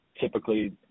typically